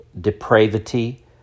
depravity